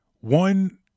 one